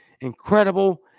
incredible